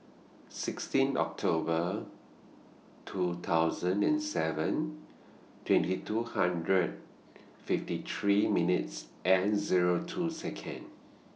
sixteen October two thousand and seven twenty two hundred fifty three minutes and Zero two Second